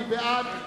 מי בעד,